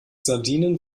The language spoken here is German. sardinen